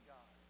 God